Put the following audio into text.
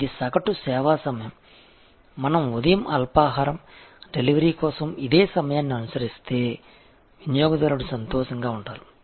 ఇది సగటు సేవా సమయం మనం ఉదయం అల్పాహారం డెలివరీ కోసం ఇదే సమయాన్ని అనుసరిస్తే వినియోగదారుడు సంతోషంగా ఉంటారు